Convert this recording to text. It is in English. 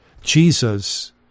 Jesus